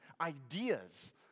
ideas